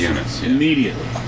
immediately